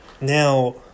Now